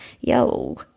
yo